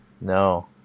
No